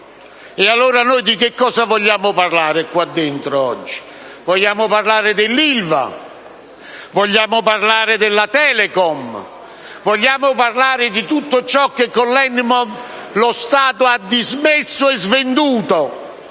sociali. Di che cosa vogliamo allora parlare qui dentro oggi? Vogliamo parlare dell'ILVA, della Telecom, di tutto ciò che con l'Enimont lo Stato ha dismesso e svenduto